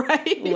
Right